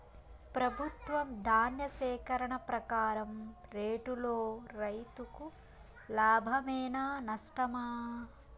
ప్రభుత్వం ధాన్య సేకరణ ప్రకారం రేటులో రైతుకు లాభమేనా నష్టమా?